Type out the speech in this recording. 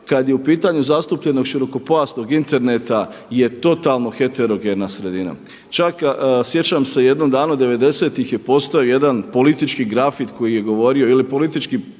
kad je u pitanju zastupljenost širokopojasnog interneta je totalno heterogena sredina, čak sjećam se jadnom davno 90.tih je postojao jedan politički grafit koji je govorio, ili politička